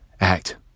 act